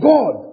God